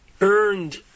earned